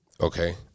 Okay